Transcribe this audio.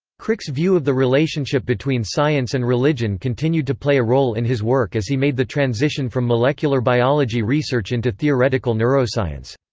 crick's view of the relationship between science and religion continued to play a role in his work as he made the transition from molecular biology research into theoretical neuroscience.